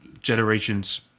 generations